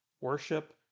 Worship